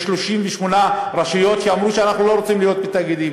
יש 38 רשויות שאמרו: אנחנו לא רוצות להיות בתאגידים,